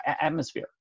atmosphere